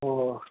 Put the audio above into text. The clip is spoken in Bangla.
ও